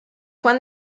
juan